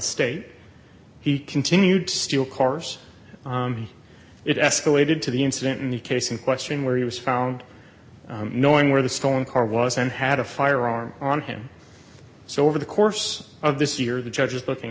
state he continued to steal cars it escalated to the incident in the case in question where he was found knowing where the stolen car was and had a firearm on him so over the course of this year the judge is looking